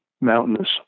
mountainous